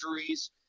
injuries